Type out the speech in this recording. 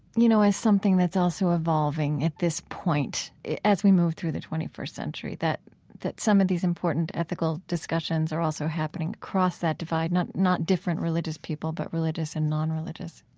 you know, something that's also evolving at this point as we move through the twenty first century? that that some of these important ethical discussions are also happening across that divide, not not different religious people, but religious and nonreligious?